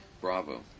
Bravo